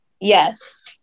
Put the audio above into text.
Yes